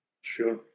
Sure